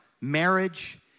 marriage